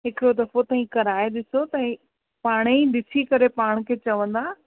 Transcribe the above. हिकिड़ो दफ़ो तव्हीं कराए ॾिसो त ही पाण ई ॾिसी करे पाण खे चवंदा